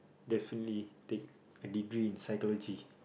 definitely take a degree in psychology